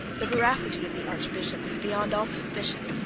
the veracity of the archbishop is beyond all suspicion.